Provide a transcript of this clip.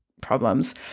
problems